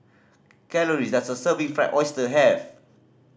calories does a serving of Fried Oyster have